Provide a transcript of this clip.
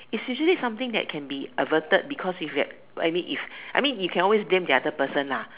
it's usually something that can be averted because if you had I mean if I mean you can always blame the other person lah